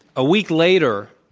a week later,